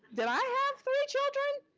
did i have three children?